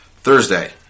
Thursday